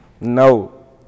No